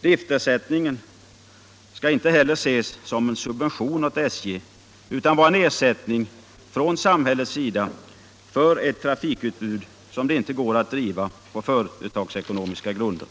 Driftersättningen skall inte heller ses som en subvention åt SJ utan vara en ersättning från samhället för ett trafikutbud som det inte går att driva på företagsekonomiska grunder.